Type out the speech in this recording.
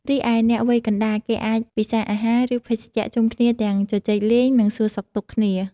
រីឯអ្នកវ័យកណ្ដាលគេអាចពិសាអាហារ ឬ ភេសជ្ជៈជុំគ្នាទាំងជជែកលេង និងសួរសុខទុក្ខគ្នា។